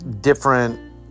different